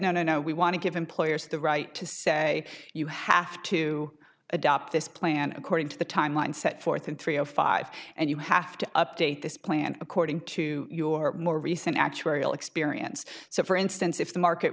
no no no we want to give employers the right to say you have to adopt this plan according to the timeline set forth in three zero five and you have to update this plan according to your more recent actuarial experience so for instance if the market